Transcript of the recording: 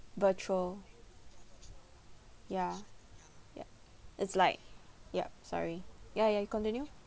virtual ya yup it's like yup sorry ya ya you continue